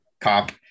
cop